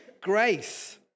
grace